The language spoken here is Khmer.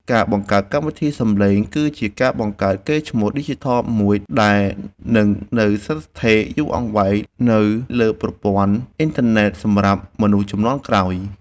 ការបង្កើតកម្មវិធីសំឡេងគឺជាការបង្កើតកេរ្តិ៍ឈ្មោះឌីជីថលមួយដែលនឹងនៅស្ថិតស្ថេរយូរអង្វែងនៅលើប្រព័ន្ធអ៊ីនធឺណិតសម្រាប់មនុស្សជំនាន់ក្រោយ។